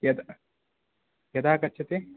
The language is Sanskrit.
यदा यदा गच्छति